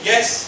Yes